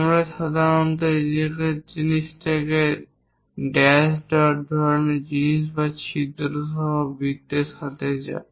আমরা সাধারণত এই ড্যাশ ডট ধরনের জিনিস বা ছিদ্র সহ একটি বৃত্তের সাথে যাই